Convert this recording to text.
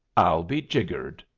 i'll be jiggered!